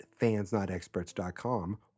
fansnotexperts.com